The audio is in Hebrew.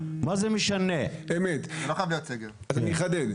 אני אחדד.